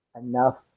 enough